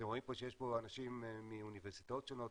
אתם רואים שיש פה אנשים מאוניברסיטאות שונות,